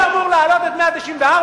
אני אמור להעלות את 194?